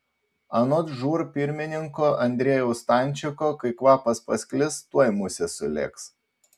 anot žūr pirmininko andriejaus stančiko kai kvapas pasklis tuoj musės sulėks